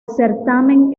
certamen